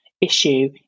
issue